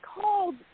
called